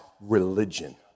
religion